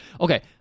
Okay